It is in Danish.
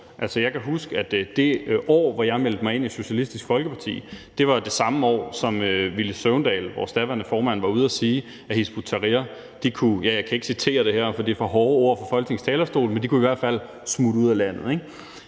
jeg kan huske, at det år, hvor jeg meldte mig ind i Socialistisk Folkeparti, jo var cirka det samme år, hvor Villy Søvndal, vores daværende formand, var ude at sige, at Hizb ut-Tahrir kunne ... Ja, jeg